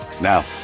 Now